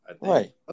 right